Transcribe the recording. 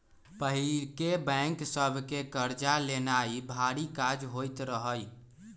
पहिके बैंक सभ से कर्जा लेनाइ भारी काज होइत रहइ